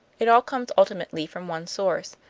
it all comes ultimately from one source,